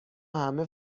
همه